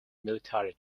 military